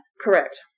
Correct